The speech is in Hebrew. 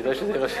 כדאי שזה יירשם.